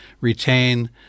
retain